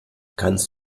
kannst